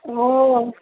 ওহ